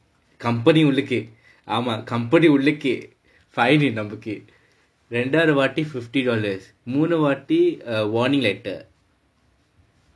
company உள்ளுக்கு ஆமா:ullukku aamaa company உள்ளுக்கு:ullukku fine நமக்கு இரண்டாவது வாட்டி:nammakku irandaavathu vaatti fifty dollars மூணு வாட்டி:moonu vaatti err warning letter